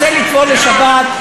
רוצה לטבול לשבת,